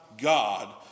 God